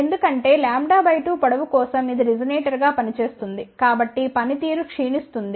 ఎందుకంటే λ 2 పొడవు కోసం ఇది రిసొనేటర్ గా పనిచేస్తుంది కాబట్టి పనితీరు క్షీణిస్తుంది